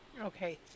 okay